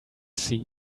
sea